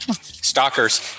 Stalkers